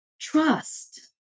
trust